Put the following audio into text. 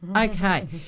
Okay